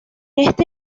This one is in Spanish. este